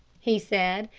he said,